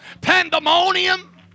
Pandemonium